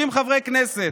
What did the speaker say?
חברי הכנסת,